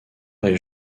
est